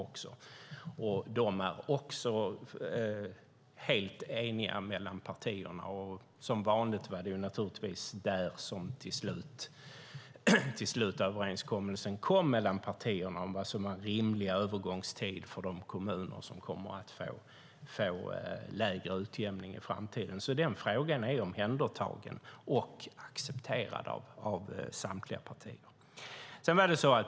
Där är man också helt enig mellan partierna. Som vanligt var det naturligtvis där som överenskommelsen till slut kom mellan partierna om vad som är en rimlig övergångstid för de kommuner som kommer att få lägre utjämning i framtiden. Den frågan är alltså omhändertagen och accepterad av samtliga partier.